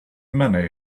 many